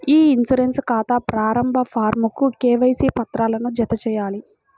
ఇ insurance ఖాతా ప్రారంభ ఫారమ్కు కేవైసీ పత్రాలను జతచేయాలి